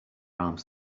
arms